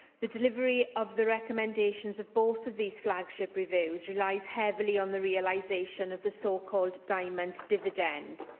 the delivery of the recommendations of both of these flagship reviews relies heavily on the realisation of the so-called diamond dividend.